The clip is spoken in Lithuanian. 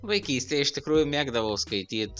vaikystėj iš tikrųjų mėgdavau skaityt